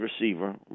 receiver